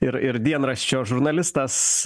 ir ir dienraščio žurnalistas